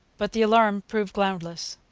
but the alarm proved groundless.